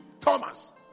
Thomas